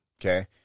Okay